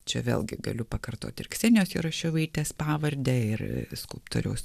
čia vėlgi galiu pakartoti ir ksenijos jaroševaitės pavardę ir skulptoriaus